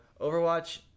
Overwatch